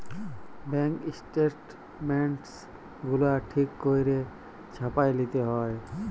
bank statements গুলা ঠিক ক্যইরে ছাপাঁয় লিতে হ্যয়